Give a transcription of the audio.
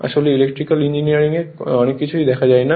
আসলে electrical engineering এ অনেক কিছুই দেখা যায় না